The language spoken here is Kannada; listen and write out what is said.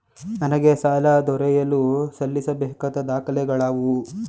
ನನಗೆ ಸಾಲ ದೊರೆಯಲು ಸಲ್ಲಿಸಬೇಕಾದ ದಾಖಲೆಗಳಾವವು?